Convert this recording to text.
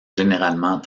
généralement